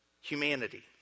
humanity